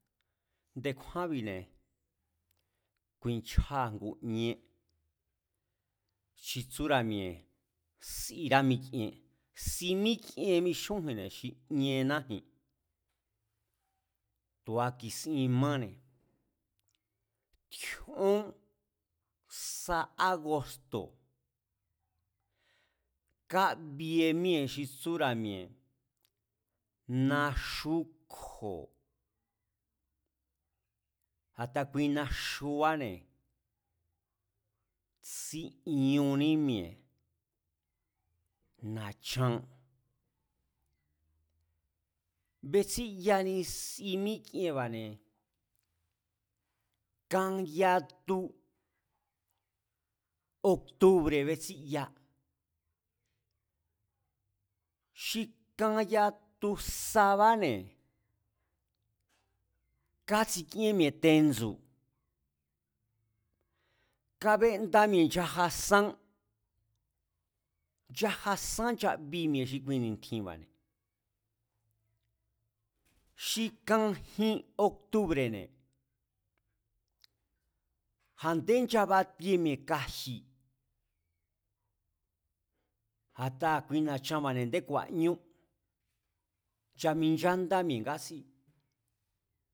Nde̱kjúánbi̱ne̱ kuinchjaa ngu íén, xi tsúra̱ mi̱e̱ sirá mikien. Si míkien mixúnji̱n xi iennáji̱n, tu̱a ki̱sin máne̱, tjíón sa ágosto̱ kábie míee̱ xi tsúra̱, naxú kjo̱, a̱ta kui naxubane̱ tsíñuní mi̱e̱ na̱chan, betsíyani si míkienba̱ne̱ kan yatu octubre̱ betsíya, xi kan yatu sabáne̱, kátsikíén mi̱e̱ tendsu̱, kábenda nchaja sán, nchaja sán nkabi mi̱e̱ xi kuini̱tjinba̱, xi kan jin octubre̱ne̱, a̱nde nchabatie mi̱e̱ kaji̱. A̱taa kui na̱chanba̱ andé ku̱a̱ñú, nchaminchándá mi̱e̱ ngátsi